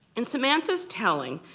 in samantha's telling,